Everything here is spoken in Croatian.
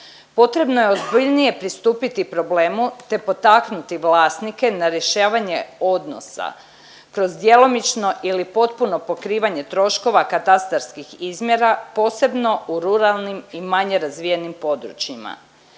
Potrebno je ozbiljnije pristupiti problemu, te potaknuti vlasnike na rješavanje odnosa kroz djelomično ili potpuno pokrivanje troškova katastarskih izmjera, posebno u ruralnim i manje razvijenim područjima,